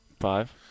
Five